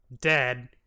dead